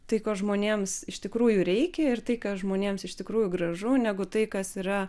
tai ko žmonėms iš tikrųjų reikia ir tai kas žmonėms iš tikrųjų gražu negu tai kas yra